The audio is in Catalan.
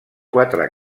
quatre